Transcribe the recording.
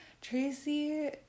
Tracy